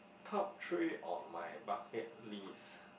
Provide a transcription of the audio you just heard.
top three on my bucket list